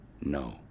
No